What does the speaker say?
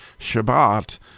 Shabbat